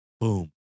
boom